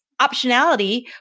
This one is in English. optionality